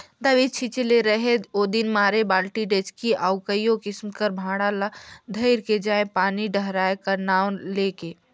दवई छिंचे ले रहेल ओदिन मारे बालटी, डेचकी अउ कइयो किसिम कर भांड़ा ल धइर के जाएं पानी डहराए का नांव ले के